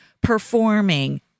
performing